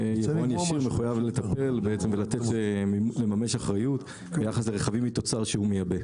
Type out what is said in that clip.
מחויב לטפל ולממש אחריות ביחס לרכבים מתוצר שהוא מייבא.